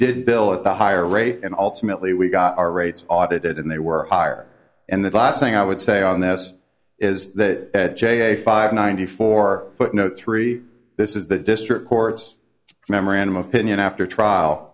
did bill at the higher rate and ultimately we got our rates audited and they were higher and the last thing i would say on this is that at j ninety four footnote three this is the district court's memorandum of opinion after trial